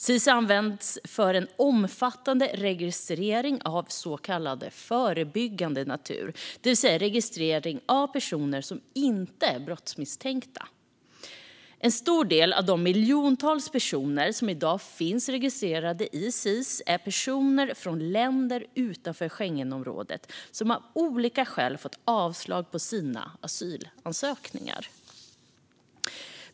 SIS används för en omfattande registrering av så kallad förebyggande natur, det vill säga registrering av personer som inte är brottsmisstänkta. En stor del av de miljontals personer som i dag finns registrerade i SIS är personer från länder utanför Schengenområdet som av olika skäl fått avslag på sina asylansökningar.